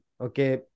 okay